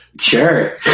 Sure